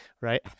Right